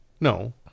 No